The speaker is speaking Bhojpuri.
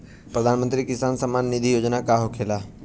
प्रधानमंत्री किसान सम्मान निधि योजना का होखेला?